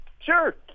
Sure